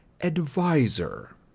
advisor